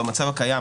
במצב הקיים,